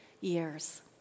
years